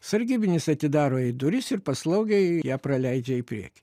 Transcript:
sargybinis atidaro jai duris ir paslaugiai ją praleidžia į priekį